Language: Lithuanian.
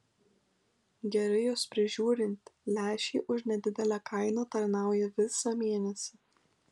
gerai juos prižiūrint lęšiai už nedidelę kainą tarnauja visą mėnesį